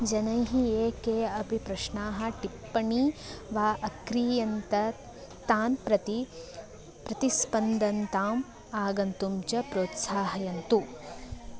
जनैः ये के अपि प्रश्नाः टिप्पणी वा अक्रीयन्त तान् प्रति प्रतिस्पन्दन्ताम् आगन्तुं च प्रोत्साहयन्तु